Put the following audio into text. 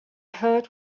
heard